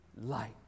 Light